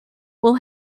will